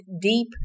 deep